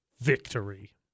Victory